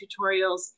tutorials